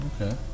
okay